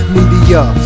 Media